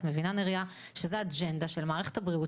את מבינה נריה שזו אג'נדה של מערכת הבריאות,